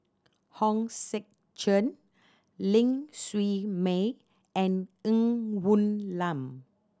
Hong Sek Chern Ling Siew May and Ng Woon Lam